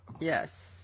Yes